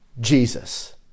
Jesus